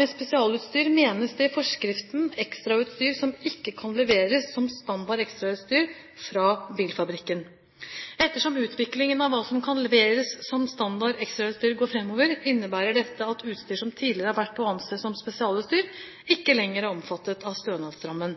Med spesialutstyr menes det i forskriften ekstrautstyr som ikke kan leveres som standard ekstrautstyr fra bilfabrikken. Ettersom utviklingen av hva som kan leveres som standard ekstrautstyr går framover, innebærer dette at utstyr som tidligere har vært å anse som spesialutstyr, ikke lenger er omfattet av stønadsrammen.